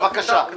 בבקשה.